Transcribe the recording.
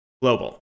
global